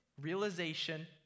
realization